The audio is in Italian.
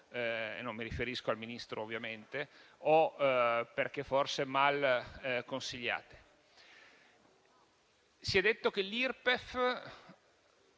(non mi riferisco al Ministro, ovviamente) o perché forse mal consigliato. Si è detto che l'Irpef